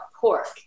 pork